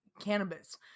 cannabis